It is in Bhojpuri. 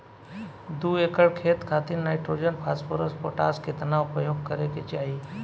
दू एकड़ खेत खातिर नाइट्रोजन फास्फोरस पोटाश केतना उपयोग करे के चाहीं?